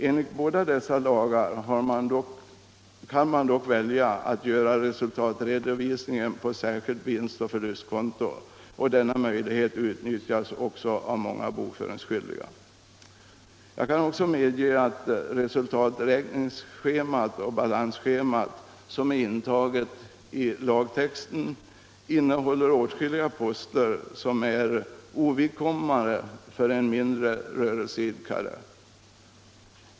Enligt båda dessa lagar kan man dock välja att göra resultatredovisning på särskilt vinstoch förlustkonto och denna möjlighet utnyttjas också av många bokföringsskyldiga. Jag kan vidare medge att resultaträkningsschemat och balansschemat, som är intagna i lagtexten, innehåller åtskilliga poster som är ovidkommande för en mindre rörelseidkare.